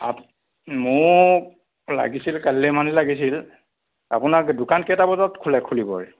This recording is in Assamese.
আপ মোক লাগিছিল কালিলৈ মানে লাগিছিল আপোনাৰ দোকান কেইটা বজাত খোলে খুলিব